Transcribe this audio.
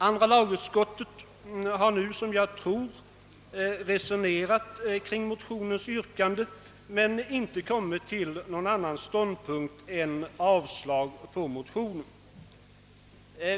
Andra lagutskottet har nu, som jag tror, resonerat kring motionens yrkande men inte nått fram till någon annan ståndpunkt än att avstyrka det.